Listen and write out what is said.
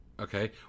okay